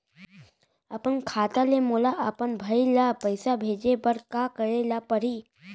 अपन खाता ले मोला अपन भाई ल पइसा भेजे बर का करे ल परही?